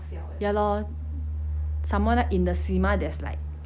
ya lor some more 那 in the cinema there's like